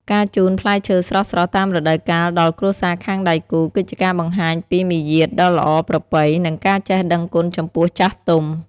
ការជូនផ្លែឈើស្រស់ៗតាមរដូវកាលដល់គ្រួសារខាងដៃគូ គឺជាការបង្ហាញពីមារយាទដ៏ល្អប្រពៃ និងការចេះដឹងគុណចំពោះចាស់ទុំ។